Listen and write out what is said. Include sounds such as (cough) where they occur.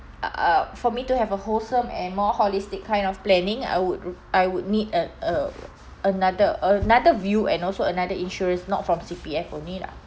uh uh for me to have a wholesome and more holistic kind of planning I would (noise) I would need a uh another another view and also another insurance not from C_P_F only lah